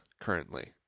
currently